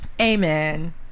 Amen